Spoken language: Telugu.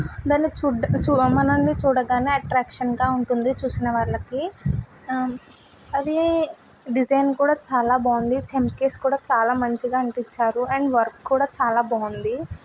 దాన్ని చూడ్డా మనల్ని చూడగానే అట్రాక్షన్గా ఉంటుంది చూసిన వాళ్ళకి అది డిజైన్ కూడా చాలా బాగుంది చంకీస్ కూడా చాలా మంచిగా అంటించారు అండ్ వర్క్ కూడా చాలా బాగుంది